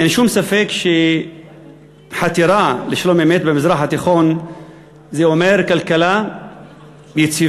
אין שום ספק שחתירה לשלום-אמת במזרח התיכון זה אומר כלכלה יציבה,